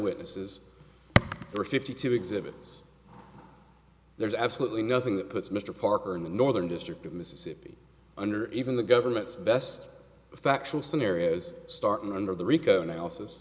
witnesses or fifty two exhibits there's absolutely nothing that puts mr parker in the northern district of mississippi under even the government's best factual scenarios starting under the rico